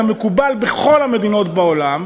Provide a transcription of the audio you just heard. כמקובל בכל המדינות בעולם,